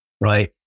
right